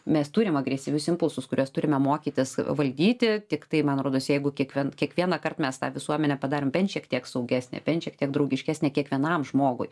mes turim agresyvius impulsus kuriuos turime mokytis valdyti tiktai man rodos jeigu kiekvien kiekvienąkart mes tą visuomenę padarom bent šiek tiek saugesnę bent šiek tiek draugiškesnę kiekvienam žmogui